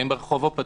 האם ברחוב הפתוח,